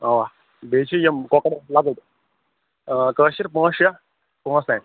اَوا بیٚیہِ چھِ یِم کۄکر لگ بگ کٲشِر پانٛژھ شےٚ پانٛژھ تانۍ